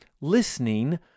Listening